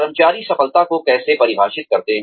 कर्मचारी सफलता को कैसे परिभाषित करते हैं